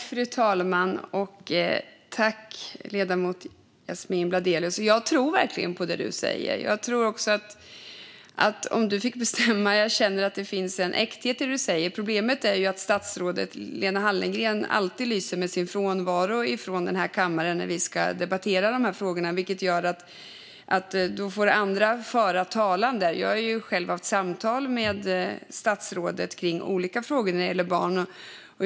Fru talman! Tack, ledamot Yasmine Bladelius! Jag tror på det du säger. Jag känner att det finns en äkthet i det du säger. Problemet är att statsrådet Lena Hallengren alltid lyser med sin frånvaro i kammaren när vi ska debattera de här frågorna. Då får andra föra talan. Jag har själv haft samtal med statsrådet om olika frågor som gäller barn.